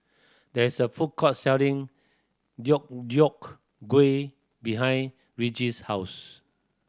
there is a food court selling Deodeok Gui behind Regis' house